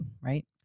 right